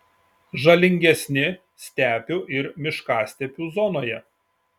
žalingesni stepių ir miškastepių zonoje